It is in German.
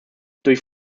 durch